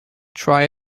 try